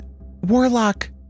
warlock